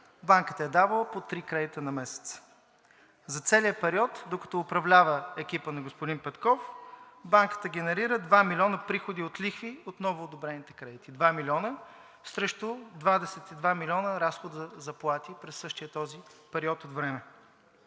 Банката е давала по три кредита на месец. За целия период, докато управлява екипът на господин Петков, Банката генерира два милиона приходи от лихви от новоодобрените кредити – два милиона срещу 22 милиона разход за заплати през същия този период от време.